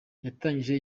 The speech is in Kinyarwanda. yatangije